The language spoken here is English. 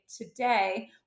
today